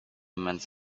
months